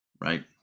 right